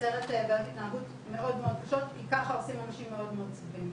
שמייצרת בעיות התנהגות מאוד מאוד קשות כי ככה עושים אנשים מאוד סובלים.